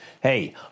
hey